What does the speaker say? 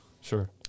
Sure